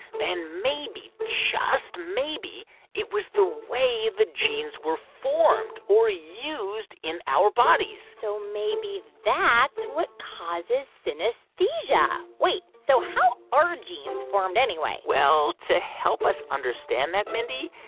then maybe just maybe it was the way the genes were formed or used in our bodies so maybe that's what causes synesthesia. wait. so how are genes formed anyway? well, to help us understand that, mindy,